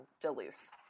Duluth